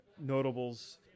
notables